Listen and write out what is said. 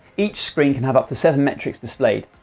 each screen can have up to seven metrics displayed,